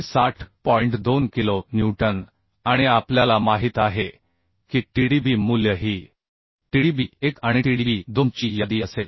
2 kilo newton आणि आपल्याला माहित आहे की Tdb मूल्य ही Tdb1 आणिTdb 2 ची यादी असेल